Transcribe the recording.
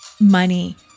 money